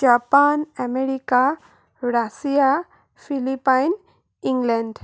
Japan America Russia Philippine England